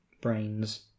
Brains